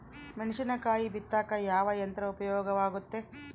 ಮೆಣಸಿನಕಾಯಿ ಬಿತ್ತಾಕ ಯಾವ ಯಂತ್ರ ಉಪಯೋಗವಾಗುತ್ತೆ?